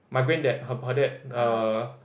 my Granddad her her dad err